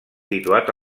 situat